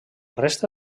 resta